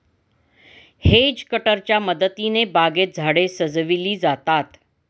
hedge कटरच्या मदतीने बागेत झाडे सजविली जातात